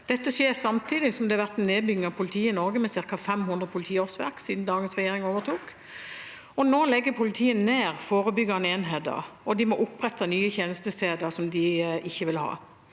Dette skjer samtidig som det har vært en nedbygging av politiet i Norge med ca. 500 politiårsverk siden dagens regjering overtok. Nå legger politiet ned forebyggende enheter, og de må opprette nye tjenestesteder de ikke ville ha.